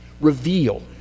reveal